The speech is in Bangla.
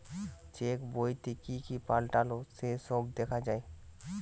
চেক বইতে কি কি পাল্টালো সে সব দেখা যায়